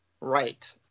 right